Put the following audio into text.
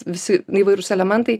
visi įvairūs elementai